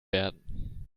werden